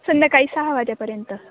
संध्याकाळी सहा वाजेपर्यंत